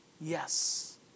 yes